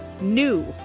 NEW